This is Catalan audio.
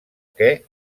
que